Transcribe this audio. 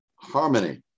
harmony